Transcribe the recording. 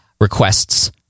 requests